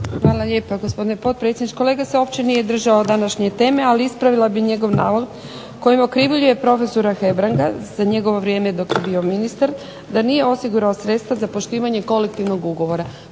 Hvala lijepa gospodine potpredsjedniče. Kolega se uopće nije držao današnje teme, ali ispravila bih njegov navod kojim okrivljuje prof. Hebranga za njegovo vrijeme dok je bio ministar da nije osigurao sredstva za poštivanje kolektivnog ugovora.